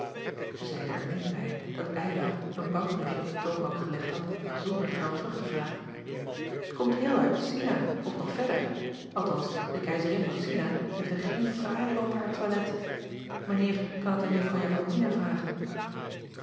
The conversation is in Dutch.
zij zeide er niet bij dat ylar een bankbriefje op de toonbank gelegd had zonder geld terug te vragen t komt heel uit ina of nog verder althans de eizerin van ina heeft er geen fraaier op haar toilet ijn eer kan het aan uffrouw akomina vragen